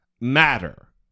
matter